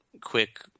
quick